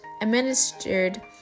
administered